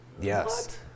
Yes